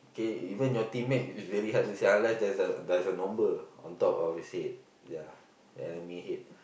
okay even your teammate is very hard to see unless there's a there's a number on top of his head ya the enemy head